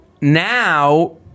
Now